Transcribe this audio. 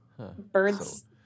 Birds